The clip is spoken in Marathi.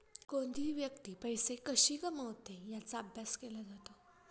कोणतीही व्यक्ती पैसे कशी कमवते याचा अभ्यास केला जातो